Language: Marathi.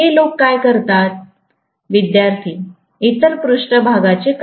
हे लोक काय करतात इतर पृष्ठभागा चे काय